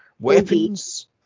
weapons